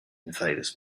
invaders